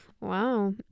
wow